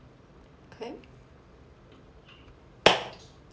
clap